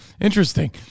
interesting